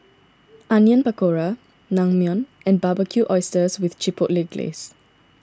Onion Pakora Naengmyeon and Barbecued Oysters with Chipotle Glaze